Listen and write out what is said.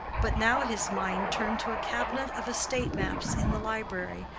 but now his mind turned to a cabinet of estate-maps in the library,